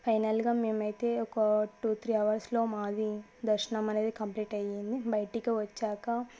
ఫైనల్గా మేమైతే ఒక టూ త్రీ అవర్స్లో మాది దర్శనం అనేది కంప్లీట్ అయ్యింది బయటకి వచ్చాక